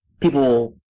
people